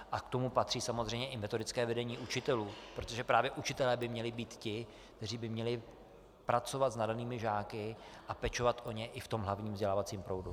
K tomu samozřejmě patří i metodické vedení učitelů, protože právě učitelé by měli být ti, kteří by měli pracovat s nadanými žáky a pečovat o ně i v tom hlavním vzdělávacím proudu.